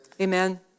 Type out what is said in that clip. amen